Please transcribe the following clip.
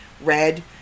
red